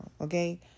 Okay